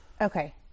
Okay